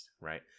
right